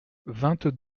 vingt